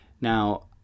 Now